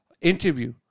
interview